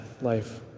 life